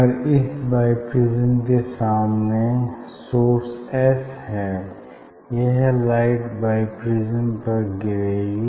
अगर इस biprism के सामने सोर्स एस है यह लाइट बाई प्रिज्म पर गिरेगी